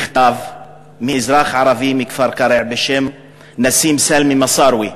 מכתב מאזרח ערבי מכפר-קרע בשם נסים סלמא מסארווה,